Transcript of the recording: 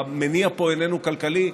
המניע פה איננו כלכלי,